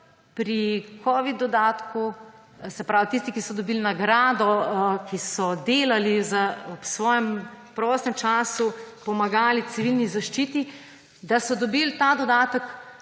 pri covid dodatku – se pravi tisti, ki so dobili nagrado, so delali ob svojem prostem času, pomagali civilni zaščiti –, da so dobili ta dodatek